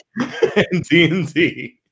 TNT